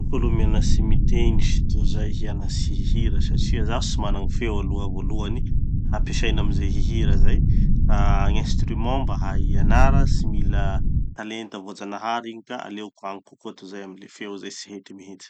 Aleoko aloha mianatry mitendry tozay hianatsy hihira satria zaho tsy mana gny feo aloha voalohany hampiasaina amizay hihira zay. Ah gny instrument mba hay ianara, tsy mila talenta voajanahary igny ka aleo agny kokoa tozay amy le feo izay tsy hety mihitsy.